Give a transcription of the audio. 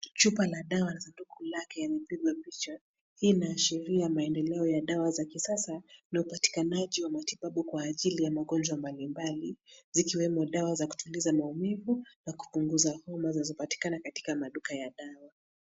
Chupa la dawa na sanduku lake yamepigwa picha. Hii inaashiria maendeleo ya dawa za kisasa na upatikanaji wa matibabu kwa ajili ya magonjwa mbali mbali zikiwemo dawa za kutuliza maumivu na kupunguza homa zinazopatikana katika duka ya dawa.